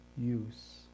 use